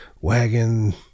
Wagon